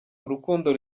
urukundo